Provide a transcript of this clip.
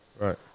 Right